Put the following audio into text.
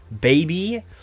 baby